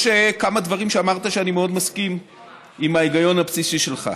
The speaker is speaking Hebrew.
יש כמה דברים שאמרת שאני מאוד מסכים עם ההיגיון הבסיסי שלך.